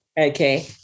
Okay